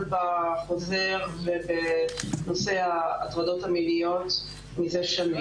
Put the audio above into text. בחוזר ובנושא ההטרדות המיניות מזה שנים.